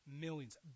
millions